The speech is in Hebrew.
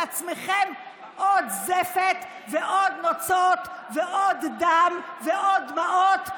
עצמכם עוד זפת ועוד נוצות ועוד דם ועוד דמעות.